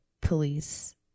police